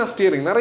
Steering